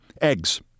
Eggs